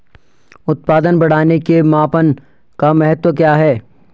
उत्पादन बढ़ाने के मापन का महत्व क्या है?